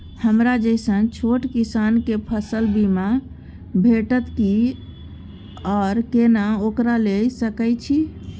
हमरा जैसन छोट किसान के फसल बीमा भेटत कि आर केना ओकरा लैय सकैय छि?